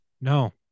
no